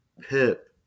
pip